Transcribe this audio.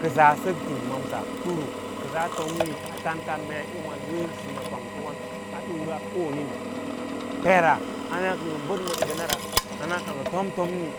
Kəsaa sək tinímsaɗuru kəsas tomei tants meí ûwâ nə nɛsə kwangto a ɗura ɓoranin peera hana ka ngə bəd ma dəda nara hana ka ngə tomromni